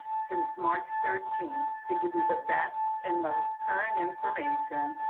since march thirteenth to give you the best and most current information,